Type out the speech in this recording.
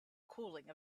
cooling